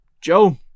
Joe